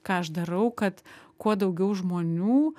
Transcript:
ką aš darau kad kuo daugiau žmonių